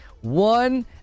One